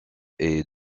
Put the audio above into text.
est